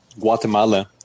Guatemala